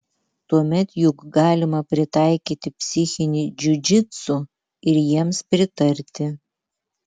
tuomet juk galima pritaikyti psichinį džiudžitsu ir jiems pritarti